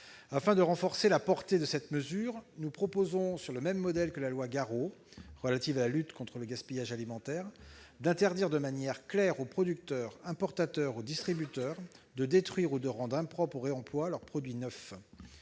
Afin de renforcer la portée de cette mesure, nous proposons, sur le même modèle que la loi Garot relative à la lutte contre le gaspillage alimentaire, d'interdire de manière claire aux producteurs, importateurs ou distributeurs de détruire ou de rendre impropres au réemploi leurs produits neufs.